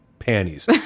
panties